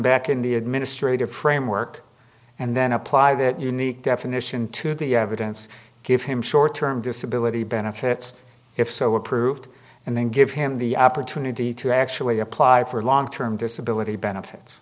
back in the administrative framework and then apply that unique definition to the evidence give him short term disability benefits if so approved and then give him the opportunity to actually apply for long term disability benefits